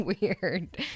weird